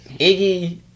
Iggy